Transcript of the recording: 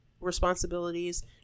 responsibilities